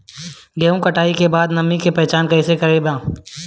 गेहूं कटाई के बाद नमी के पहचान कैसे करेके बा?